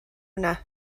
yna